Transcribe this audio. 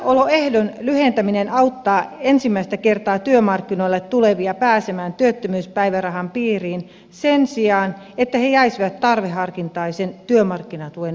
työssäoloehdon lyhentäminen auttaa ensimmäistä kertaa työmarkkinoille tulevia pääsemään työttömyyspäivärahan piiriin sen sijaan että he jäisivät tarveharkintaisen työmarkkinatuen varaan